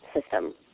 system